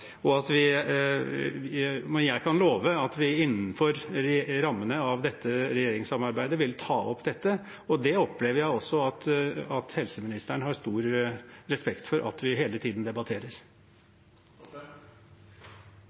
Jeg kan love at vi vil ta opp dette innenfor rammene av dette regjeringssamarbeidet, og det opplever jeg at helseministeren har stor respekt for at vi hele tiden